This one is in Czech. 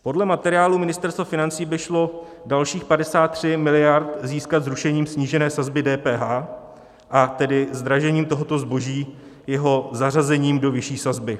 Podle materiálu Ministerstva financí by šlo dalších 53 mld. získat zrušením snížené sazby DPH, a tedy zdražením tohoto zboží, jeho zařazením do vyšší sazby.